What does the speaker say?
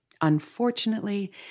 Unfortunately